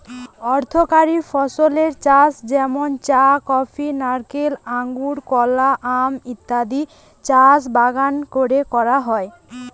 অর্থকরী ফসলের চাষ যেমন চা, কফি, নারকেল, আঙুর, কলা, আম ইত্যাদির চাষ বাগান কোরে করা হয়